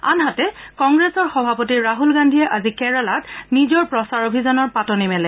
আনহাতে কংগ্ৰেছ সভাপতি ৰাছল গান্ধীয়ে আজি কেৰালাত নিজৰ প্ৰচাৰ অভিযানৰ পাতনি মেলে